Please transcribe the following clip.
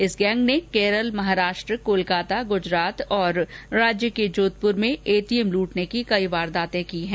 इस गैंग ने केरल महाराष्ट्र कोलकाता गुजरात और राज्य के जोधपुर में एटीएम लूटने की कई वारदातें की है